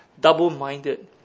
double-minded